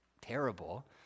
terrible